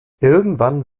irgendwann